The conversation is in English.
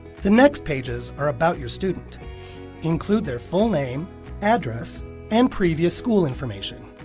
the next pages are about your student include their full name address and previous school information